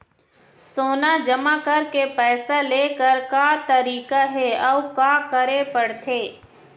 सोना जमा करके पैसा लेकर का तरीका हे अउ का करे पड़थे?